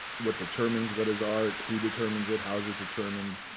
what determines what is art, who determines it, how is it determined,